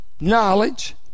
knowledge